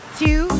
two